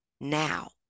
now